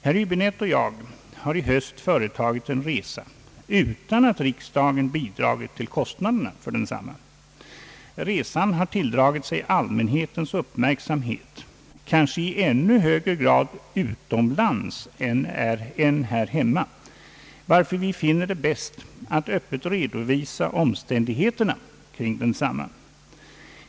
Herr Häöäbinette och jag har i höst företagit en resa utan att riksdagen bidragit till kostnaderna för densamma. Resan har tilldragit sig allmänhetens uppmärksamhet, kanske i ännu högre grad utomlands än här hemma, varför vi finner det bäst att öppet redovisa omständigheterna kring densamma.